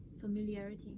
familiarity